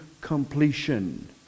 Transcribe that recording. completion